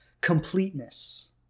completeness